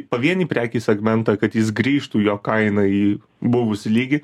pavienį prekių segmentą kad jis grįžtų jo kaina į buvusį lygį